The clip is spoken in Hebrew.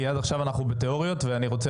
כי עד עכשיו אנחנו בתיאוריות ואני רוצה